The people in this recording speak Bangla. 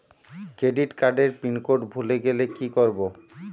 ক্রেডিট কার্ডের পিনকোড ভুলে গেলে কি করব?